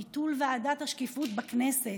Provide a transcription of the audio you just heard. ביטול ועדת השקיפות בכנסת,